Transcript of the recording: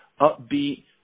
upbeat